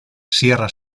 sierra